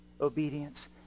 obedience